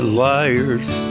liar's